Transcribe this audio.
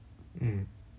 mm